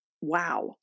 Wow